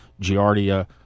Giardia